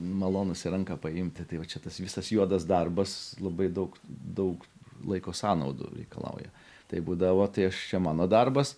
malonus į ranką paimt tai tai jau čia tas visas juodas darbas labai daug daug laiko sąnaudų reikalauja tai būdavo tai aš čia mano darbas